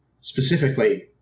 specifically